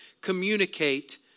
communicate